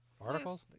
Articles